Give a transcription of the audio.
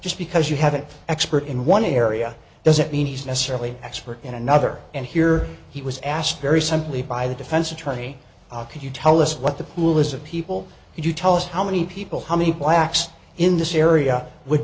just because you have an expert in one area doesn't mean he's necessarily expert in another and here he was asked very simply by the defense attorney could you tell us what the pool is of people and you tell us how many people how many blacks in this area would